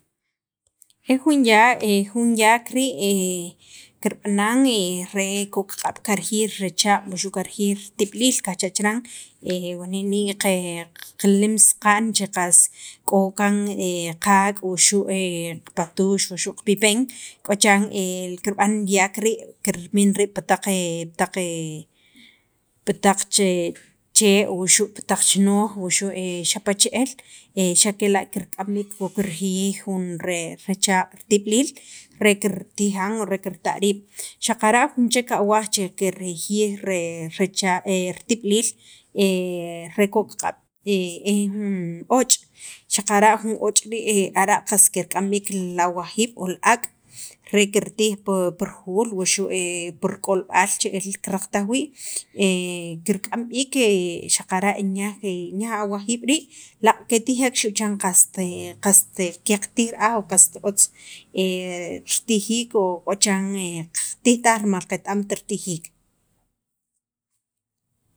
e jun ya', jun yak rii' kirb'anan ko'qq'ab' kirjiyij rechaq' wuxu' kirjiyij ritib'iliil qajcha' chiran, wani' ne qilin saqa'n che qas k'o kaan qaak' wuxu' patux, wuxu' qapipen k'o chiran kirb'an li yaak rii' kirmin riib' pi taq pi taq chee' wuxu' pi taq chinoj wuxu' xapa¿ che'el xa' kela' kirk'am b'iik wa kirjiyij jun rechaq' ritib'iliil re kitijan o re kirta' riib', xaqara' jun chek awaj che kirjiyij recha ritib'iliil re ko'q q'ab' e jun och' xaqara' jun och' rii' ara' qas kirk'am b'iik lawajiib' o li ak' re kirtij pir jul wuxu' pi rik'olb'al che'el kiraqataj wii', kirk'am b'iik xaqara' e nik'yaj awajiib' rii' laaq' ketijek xu' chan qaste qaste qatij ra'aj qast otz ritijiik k'o chiran qatij taj rimal qet- amt ritijiik.